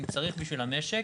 אם צריך בשביל המשק.